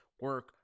Work